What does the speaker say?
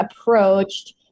approached